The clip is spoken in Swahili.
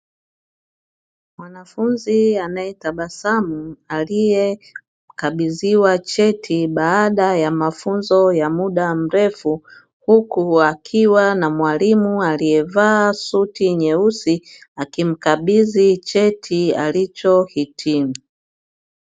Mwanafunzi anayetabasamu, aliyekabidhiwa cheti baada ya mafunzo ya muda mrefu, huku akiwa na mwalimu aliyevaa suti nyeusi, akimkabidhi cheti alichohitimu.